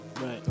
right